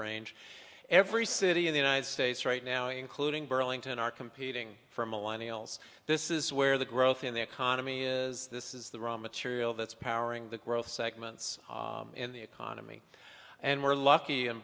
range every city in the united states right now including burlington are competing for millennia else this is where the growth in the economy is this is the raw material that's powering the growth segments in the economy and we're lucky in